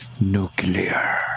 Nuclear